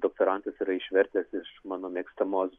doktorantas yra išvertęs iš mano mėgstamos